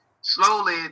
slowly